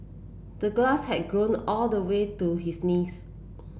the grass had grown all the way to his knees